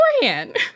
beforehand